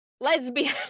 Lesbian